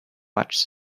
watched